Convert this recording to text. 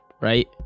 right